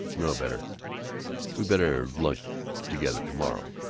no, better we better lunch together to-morrow.